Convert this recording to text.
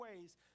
ways